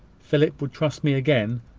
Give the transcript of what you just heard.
philip would trust me again